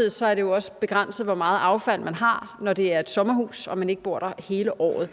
er det jo også begrænset, hvor meget affald man har, når det er et sommerhus og man ikke bor der hele året.